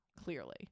Clearly